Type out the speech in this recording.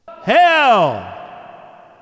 Hell